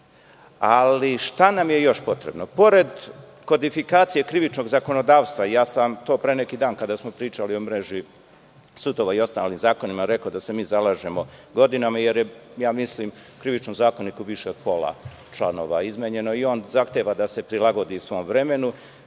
ali šta nam je još potrebno? Pored kodifikacije krivičnog zakonodavstva, ja sam vamo to pre neki dan kada smo pričali o mreži sudova i ostalim zakonima, rekao da se mi zalažemo godinama jer je, mislim, u Krivičnom zakoniku više od pola članova izmenjeno i on zahteva da se prilagodi svom vremenu,